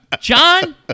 john